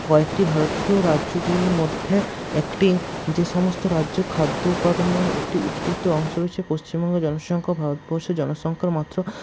কয়েকটি ভারতীয় রাজ্যগুলির মধ্যে একটি যে সমস্ত রাজ্য খাদ্য উপাদনের একটি উদ্বৃত্ত অংশ রয়েছে পশ্চিমবঙ্গের জনসংখ্যা ভারতবর্ষের জনসংখ্যার মাত্র